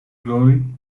glory